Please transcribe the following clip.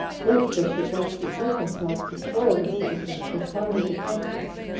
if they should once betake themselves to spoil the citizens, or plunder the temples.